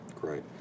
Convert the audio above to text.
Great